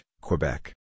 Quebec